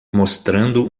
mostrando